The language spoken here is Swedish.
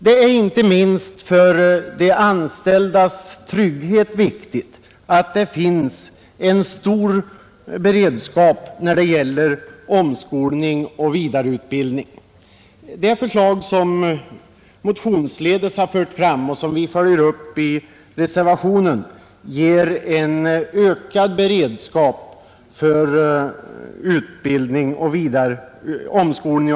Det är inte minst för de anställdas trygghet viktigt att det finns stor beredskap när det gäller omskolning och vidareutbildning. Det förslag som motionsledes förts fram och som vi följer upp i reservationen ger en ökad beredskap för omskolning och vidareutbildning.